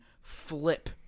flip